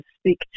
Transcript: speak